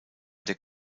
der